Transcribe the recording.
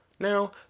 Now